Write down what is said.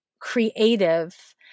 creative